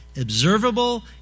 observable